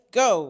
go